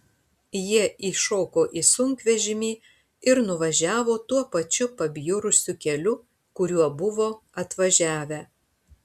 jie įšoko į sunkvežimį ir nuvažiavo tuo pačiu pabjurusiu keliu kuriuo buvo atvažiavę